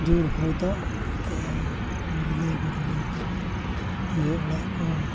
ᱡᱮᱢᱚᱱ ᱦᱚᱭ ᱫᱟᱜ ᱠᱮᱜ ᱟᱭ ᱜᱩᱨᱞᱟᱹ ᱜᱩᱨᱞᱤ ᱟᱞᱮ ᱚᱲᱟᱜ ᱠᱚ